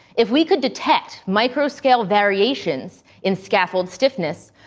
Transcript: if we could detect microscale variations in scuffled stiffness,